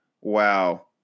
wow